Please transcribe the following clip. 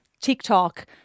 TikTok